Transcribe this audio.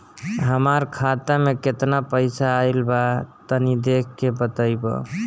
हमार खाता मे केतना पईसा आइल बा तनि देख के बतईब?